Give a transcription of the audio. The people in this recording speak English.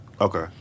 Okay